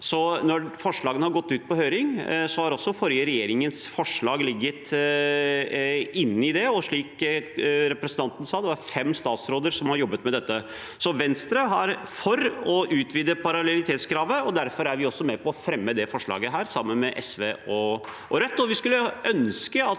når forslagene har gått ut på høring, har også den forrige regjeringens forslag ligget inne i det, og som representanten Sanner sa: Det er fem statsråder som har jobbet med dette. Venstre er altså for å utvide parallellitetskravet. Derfor er vi også med på å fremme det forslaget her, sammen med SV og Rødt,